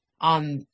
on